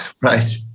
Right